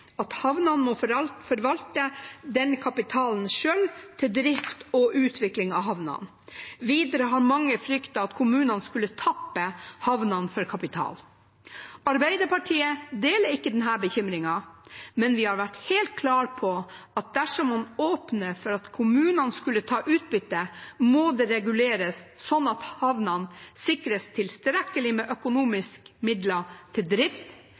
at havnene må forvalte denne kapitalen selv, til drift og utvikling av havnene. Videre har mange fryktet at kommunene skulle tappe havnene for kapital. Arbeiderpartiet deler ikke denne bekymringen, men vi har vært helt klar på at dersom man åpner for at kommunene skulle ta utbytte, må det reguleres slik at havnene sikres tilstrekkelig med økonomiske midler til drift,